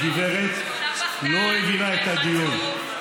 הגברת לא הבינה את הדיון,